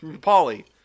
Polly